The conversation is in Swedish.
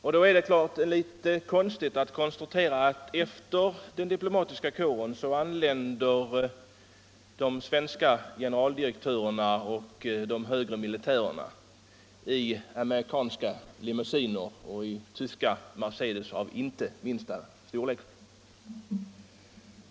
Därför är det litet konstigt att konstatera att det efter den diplomatiska kåren anländer svenska generaldirektörer och högre militärer i amerikanska limousiner och tyska Mercedes, som inte är av minsta storleken.